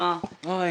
הכנסה (רשימה